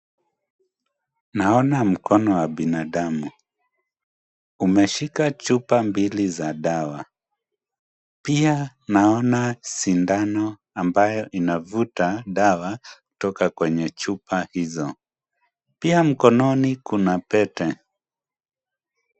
Naona mkono wa binadamu, umeshika chupa mbili za dawa. Pia naona sindano ambayo inavuta dawa kutoka kwenye chupa hizo. pia mkononi kuna pete.